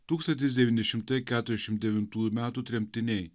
tūkstantis devyni šimtai keturiasdešim devintųjų metų tremtiniai